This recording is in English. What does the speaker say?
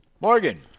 Morgan